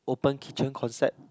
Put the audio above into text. open kitchen concept